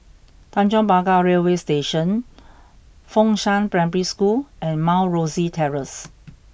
Tanjong Pagar Railway Station Fengshan Primary School and Mount Rosie Terrace